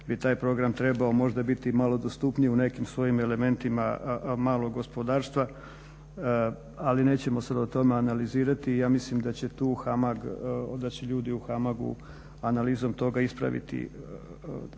bi taj program trebao možda biti malo dostupniji u nekim svojim elementima malog gospodarstva, ali nećemo sad o tome analizirati. Ja mislim da će ljudi u HAMAG-u analizom toga ispraviti,